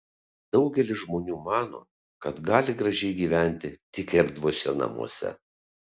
daugelis žmonių mano kad gali gražiai gyventi tik erdviuose namuose